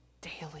daily